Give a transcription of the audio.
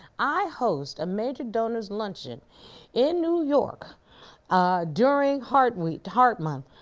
i host a major donor's luncheon in new york during heart week, heart month.